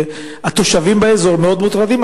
והתושבים באזור מאוד מוטרדים,